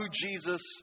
Jesus